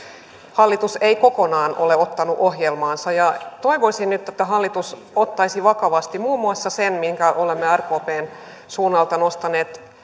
hallitus ei kokonaan ole ottanut ohjelmaansa toivoisin nyt että hallitus ottaisi vakavasti muun muassa sen minkä olemme rkpn suunnalta nostaneet